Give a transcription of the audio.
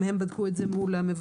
גם הם בדקו את זה מול המבטחים,